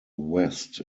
west